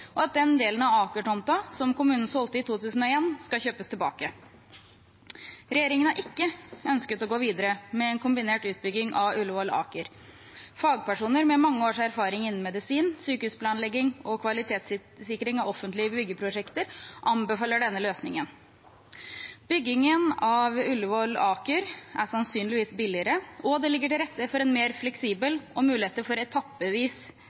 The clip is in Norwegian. og at den delen av Aker-tomta som kommunen solgte i 2001, skal kjøpes tilbake. Regjeringen har ikke ønsket å gå videre med en kombinert utbygging av Ullevål–Aker. Fagpersoner med mange års erfaring innen medisin, sykehusplanlegging og kvalitetssikring av offentlige byggeprosjekter anbefaler denne løsningen. Byggingen av Ullevål–Aker er sannsynligvis billigere, og det ligger til rette for en mer